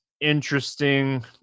interesting